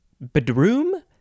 bedroom